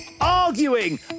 arguing